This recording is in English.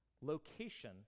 Location